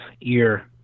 ear